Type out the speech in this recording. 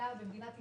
מדינת ישראל,